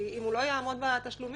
כי אם הוא לא יעמוד בתשלומים,